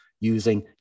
using